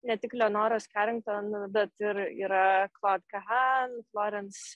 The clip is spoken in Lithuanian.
ne tik leonoros kerinkton bet ir yra klot kahan lorens